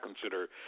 consider